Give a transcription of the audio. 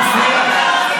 את מפריעה.